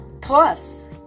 Plus